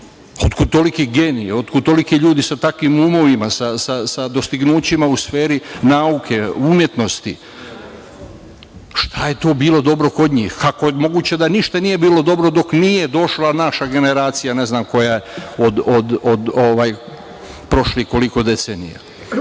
Otkud toliki geniji, otkud toliki ljudi sa takvim umovima, sa dostignućima u sferi nauke, umetnosti? Šta je to bilo dobro kod njih? Kako je moguće da ništa nije bilo dobro dok nije došla naša generacija, ne znam koja od prošlih decenija?